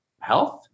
health